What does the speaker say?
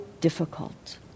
difficult